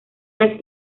las